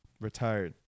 retired